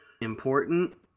important